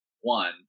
one